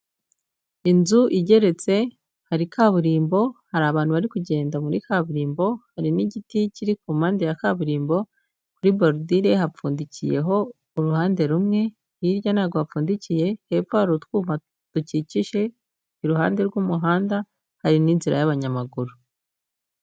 Inzu igeretse, hari kaburimbo, hari abantu bari kugenda muri kaburimbo, hari n'igiti kiri ku mpande ya kaburimbo, kuri boridire hapfundikiyeho uruhande rumwe, hirya ntabwo hapfundikiye, hepfo hari utwumba dukikije iruhande rw'umuhanda, hari n'inzira y'abanyamaguru.